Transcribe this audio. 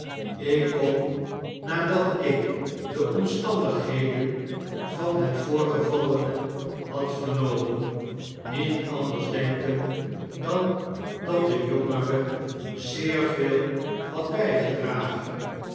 ik kon nadat ik de omstandigheden van het voorgevallene had vernomen niet anders denken dan dat de jongere zeer veel had bygedragen